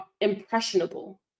impressionable